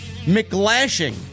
McLashing